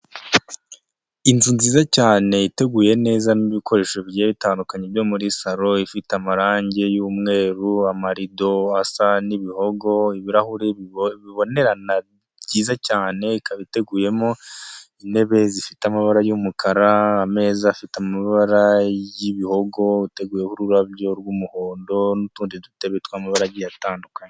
Inzu nziza cyane iteguye neza n'ibikoresho bigiye bitandukanye byo muri salo, ifite amarangi y'umweru, amarido asa n'ibihogo, ibirahuri bibo bibonerana byiza cyane, ikaba iteguyemo intebe zifite amabara y'umukara, ameza afite amabara y'ibihogo ateguyeho ururabyo rw'umuhondo n'utundi dutebe tw'amabara atandukanye.